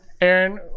Aaron